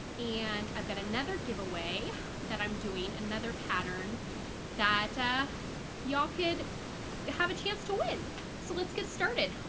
and i've got another giveaway that i'm doing. another pattern that ah y'all could have a chance to win so let's get started.